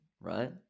right